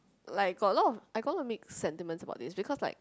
like got a lot of I got a lot of mixed sentiments about this because like